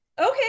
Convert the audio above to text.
Okay